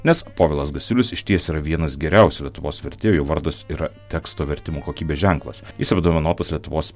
nes povilas gasiulis išties yra vienas geriausių lietuvos vertėjų jo vardas yra teksto vertimų kokybės ženklas jis apdovanotas lietuvos